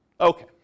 Okay